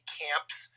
camps